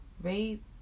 rape